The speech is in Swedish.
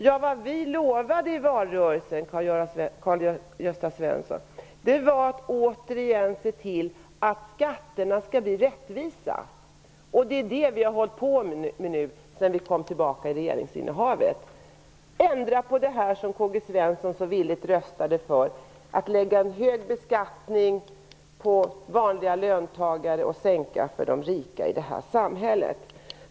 Ja, vad vi lovade i valrörelsen, Karl-Gösta Svenson, var att återigen se till att skatterna blir rättvisa. Det som vi har hållit på med sedan vi återfick regeringsinnehavet är att ändra på det som Karl-Gösta Svenson så villigt röstat för - hög beskattning för vanliga löntagare och sänkta skatter för de rika i vårt samhälle.